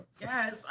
Yes